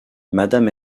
madame